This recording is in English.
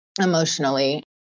emotionally